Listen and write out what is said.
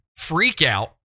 freakout